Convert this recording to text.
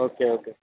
okay okay sir